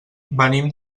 venim